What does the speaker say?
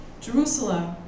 Jerusalem